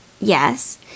Yes